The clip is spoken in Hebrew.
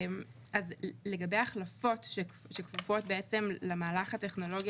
אז לגבי החלפות שכפופות למהלך הטכנולוגי